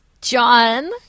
John